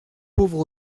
pauvre